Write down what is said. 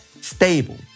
stable